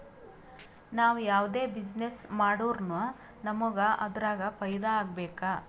ನಾವ್ ಯಾವ್ದೇ ಬಿಸಿನ್ನೆಸ್ ಮಾಡುರ್ನು ನಮುಗ್ ಅದುರಾಗ್ ಫೈದಾ ಆಗ್ಬೇಕ